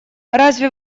разве